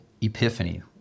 Epiphany